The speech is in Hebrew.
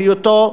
בהיותו